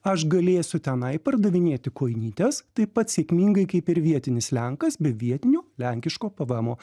aš galėsiu tenai pardavinėti kojinytes taip pat sėkmingai kaip ir vietinis lenkas be vietinio lenkiško pvmo